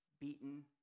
beaten